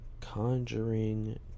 Conjuring